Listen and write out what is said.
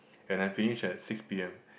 and I finish at six P_M